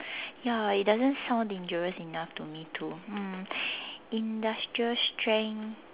ya it doesn't sound dangerous enough to me too um industrial strength